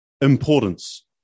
importance